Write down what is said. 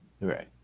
Right